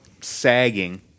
sagging